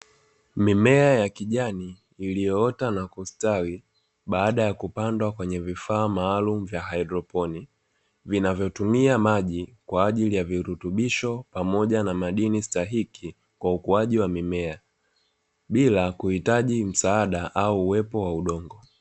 Mimea ya kijani iliyoota na kustawi baada ya kupandwa kwenye vifaa maalumu vya haidroponi, vinavyotumia maji kwaajili ya virutubisho pamoja na madini stahiki kwa ukuaji wa mimea bila kuhitaji msaada au uwepo wa udongo.